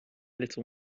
little